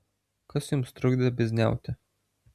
kas jums trukdė bizniauti